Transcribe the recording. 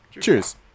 Cheers